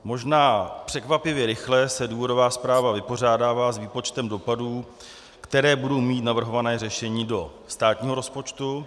Možná překvapivě rychle se důvodová zpráva vypořádává s výpočtem dopadů, které budou mít navrhovaná řešení do státního rozpočtu.